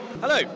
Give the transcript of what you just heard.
Hello